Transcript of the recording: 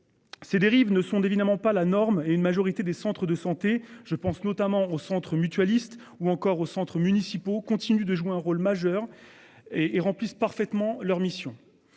Ces dérives ne sont évidemment pas la norme et une majorité des centres de santé, je pense notamment au centre mutualiste ou encore au centres municipaux continuent de jouer un rôle majeur et et remplissent parfaitement leur mission.